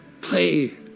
play